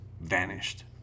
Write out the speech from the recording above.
vanished